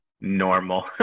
normal